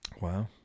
Wow